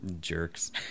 Jerks